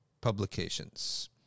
Publications